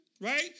right